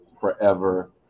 forever